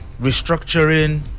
restructuring